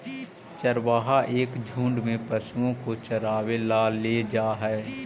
चरवाहा एक झुंड में पशुओं को चरावे ला ले जा हई